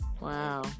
Wow